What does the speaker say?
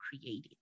creating